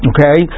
Okay